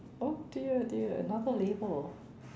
oh dear dear another label